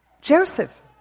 Joseph